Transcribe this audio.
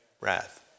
Wrath